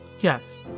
yes